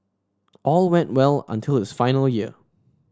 all went well until his final year